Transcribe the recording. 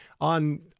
on